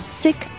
sick